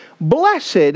Blessed